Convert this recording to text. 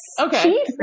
okay